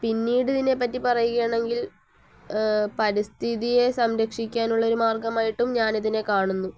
പിന്നീടിതിനെപ്പറ്റി പറയുകയാണെങ്കിൽ പരിസ്ഥിതിയെ സംരക്ഷിക്കാനുള്ളൊരു മാർഗ്ഗമായിട്ടും ഞാനിതിനെ കാണുന്നു